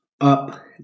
Up